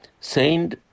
saint